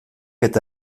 eta